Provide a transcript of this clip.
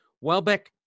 Welbeck